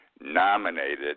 nominated